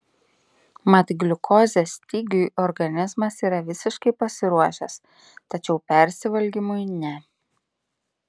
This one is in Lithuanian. mat gliukozės stygiui organizmas yra visiškai pasiruošęs tačiau persivalgymui ne